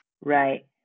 Right